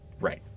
Right